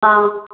ꯑꯥ